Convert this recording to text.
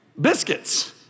biscuits